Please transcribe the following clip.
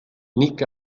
nick